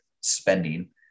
spending